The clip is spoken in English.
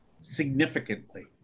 significantly